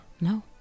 No